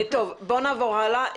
בואו נעבור הלאה.